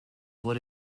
what